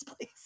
please